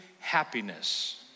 happiness